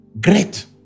Great